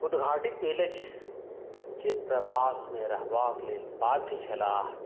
उद्घाटित भेल अछि जे प्रवासमे रहबाके लेल बाध्य छलाह